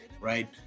Right